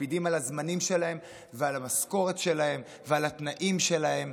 שמקפידים על הזמנים שלהם ועל המשכורת שלהם ועל התנאים שלהם.